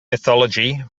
mythology